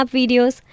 videos